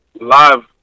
live